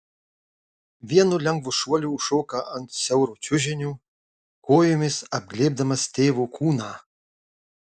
vienu lengvu šuoliu užšoka ant siauro čiužinio kojomis apglėbdamas tėvo kūną